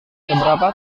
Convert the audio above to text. seberapa